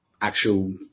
actual